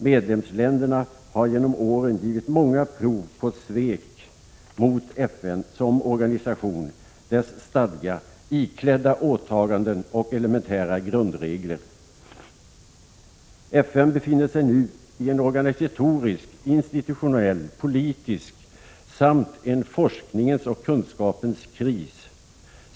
Medlemsländerna har genom åren givit många prov på svek mot FN som organisation, dess stadga, iklädda åtaganden och elementära grundregler. FN befinner sig nu i en organisatorisk, institutionell och politisk kris samt en forskningens och kunskapens kris.